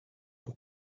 want